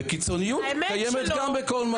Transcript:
וקיצוניות קיימת גם בכל מקום.